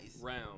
round